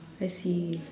I see